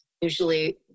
Usually